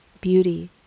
beauty